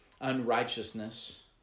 unrighteousness